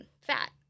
fat